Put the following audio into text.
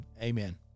amen